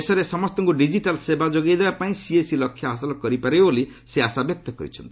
ଦେଶରେ ସମସ୍ତଙ୍କୁ ଡିଜିଟାଲ୍ ସେବା ଯୋଗାଇବା ପାଇଁ ସିଏସ୍ସି ଲକ୍ଷ୍ୟ ହାସଲ କରିପାରିବ ବୋଲି ସେ ଆଶା ବ୍ୟକ୍ତ କରିଛନ୍ତି